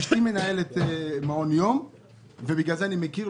אשתי מנהלת מעון יום ולכן אני מכיר,